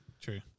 true